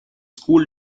school